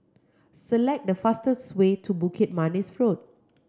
select the fastest way to Bukit Manis Road